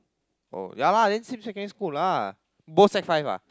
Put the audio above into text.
oh ya lah then same secondary school lah both sec five ah